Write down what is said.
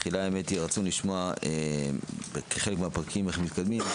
רצינו לשמוע איך מתקדמים בחלק מהפרקים.